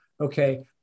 Okay